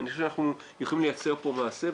אני חושב שאנחנו יכולים פה לייצר מעשה.